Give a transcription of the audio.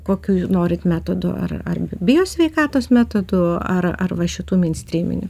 kokiu norit metodu ar ar bijo sveikatos metodu ar ar va šitu minstriminiu